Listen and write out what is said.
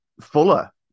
Fuller